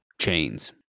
chains